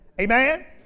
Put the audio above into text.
amen